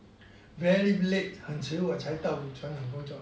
very late 很迟我才到船上工作